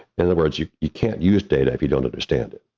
in other words, you you can't use data if you don't understand it.